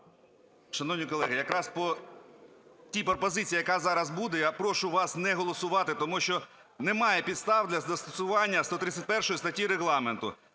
Шановні колеги, якраз по тій пропозиції, яка зараз буде, я прошу вас не голосувати, тому що немає підстав для застосування 131 статті Регламенту.